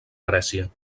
grècia